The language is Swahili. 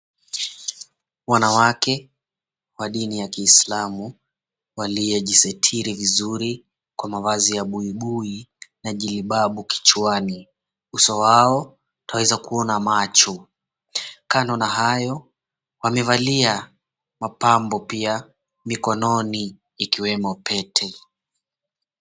Wanawake wa dini ya kiislamu waliyejisetiri vizuri kwa mavazi ya buibui na jilibabu kichwani uso wao utaweza kuona macho, kando na hayo wamevalia mapambo pia mikononi ikiwemo pete.